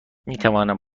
میتوانم